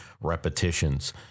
repetitions